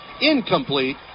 Incomplete